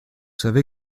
savez